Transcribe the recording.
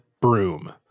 broom